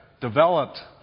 developed